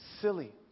silly